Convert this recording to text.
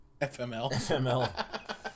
FML